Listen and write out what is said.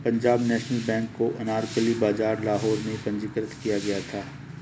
Punjab National Bank को अनारकली बाजार लाहौर में पंजीकृत किया गया था